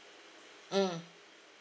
mm